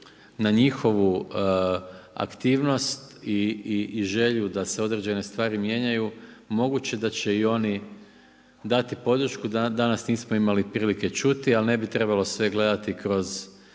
na njihovu aktivnost i želju da se određene stvari mijenjaju, moguće da će i oni dati podršku, danas nismo imali prilike čuti, ali ne bi trebalo sve gledati kroz